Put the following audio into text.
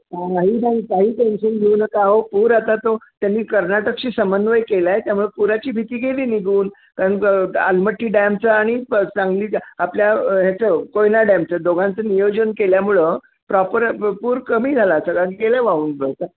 नाही नाही काही टेन्शन घेऊ नका अहो पूर आता तो त्यांनी कर्नाटकशी समन्वय केला आहे त्यामुळे पुराची भीती गेली निघून कारण आलमट्टी डॅमचं आणि सांगलीचं आपल्या ह्याचं कोयना डॅमचं दोघांचं नियोजन केल्यामुळं प्रॉपर पूर कमी झाला सगळ्या गेलं वाहून ब